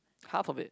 half of it